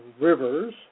rivers